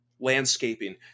landscaping